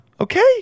okay